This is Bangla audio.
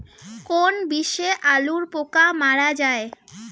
কোন বিষে আলুর পোকা মারা যায়?